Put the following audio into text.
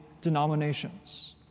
denominations